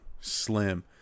slim